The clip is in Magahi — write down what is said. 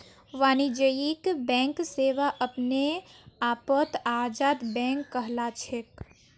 वाणिज्यिक बैंक सेवा अपने आपत आजाद बैंक कहलाछेक